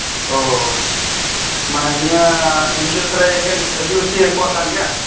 ᱳᱸᱻ ᱢᱟᱱᱮ ᱱᱤᱭᱟᱹ ᱮᱱᱡᱤᱭᱚ ᱫᱚ ᱮᱠᱮᱱ ᱟᱹᱫᱤᱵᱟᱹᱥᱤᱭᱟᱜ ᱠᱟᱱᱜᱮᱭᱟ